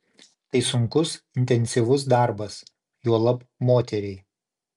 tai sunkus intensyvus darbas juolab moteriai